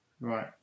Right